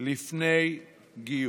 לפני גיוס.